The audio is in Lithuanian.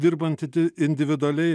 dirbant individualiai